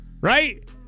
right